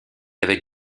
avec